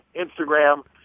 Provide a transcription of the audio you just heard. Instagram